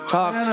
Talk